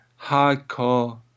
hardcore